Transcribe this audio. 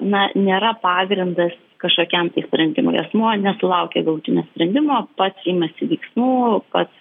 na nėra pagrindas kažkokiam tai sprendimui asmuo nesulaukia galutinio sprendimo pats imasi veiksmų pats